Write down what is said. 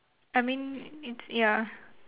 I mean it's ya